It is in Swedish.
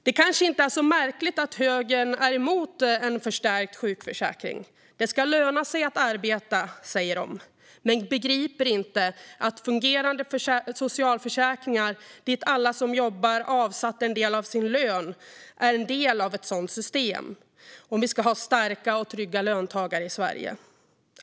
Det kanske inte är så märkligt att högern är emot en förstärkt sjukförsäkring. Det ska löna sig att arbeta, säger de. Men de begriper inte att fungerande socialförsäkringar som alla som jobbar har avsatt en del av sin lön till är en del av ett sådant system om vi ska ha starka och trygga löntagare i Sverige.